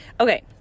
Okay